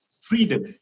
freedom